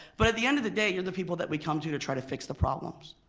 but at the end of the day you're the people that we come to to try to fix the problems.